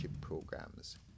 Programs